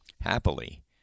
Happily